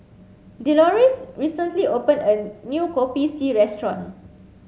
Deloris recently opened a new Kopi C restaurant